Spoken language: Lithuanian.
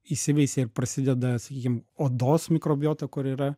įsiveisia ir prasideda sakykim odos mikrobiota kur yra